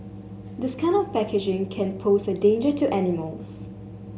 this kind of packaging can pose a danger to animals